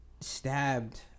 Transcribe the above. stabbed